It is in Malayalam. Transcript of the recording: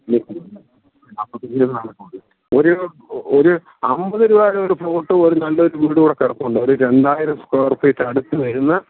ഒരു ഒരു അമ്പത് രൂപയുടെ ഒരു ഫ്ലോട്ട് ഒരു നല്ലൊരു വീടുംകൂടെ കിടപ്പുണ്ട് ഒരു രണ്ടായിരം സ്ക്വയർ ഫീറ്റ് അടുത്ത് വരുന്ന